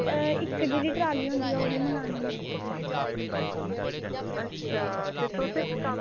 इक्क जेह्ड़ी ट्रॉली होंदी ऐ ओह् मंगवानी ऐ